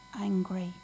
angry